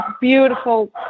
beautiful